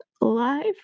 alive